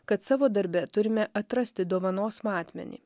kad savo darbe turime atrasti dovanos matmenį